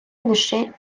лише